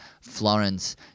Florence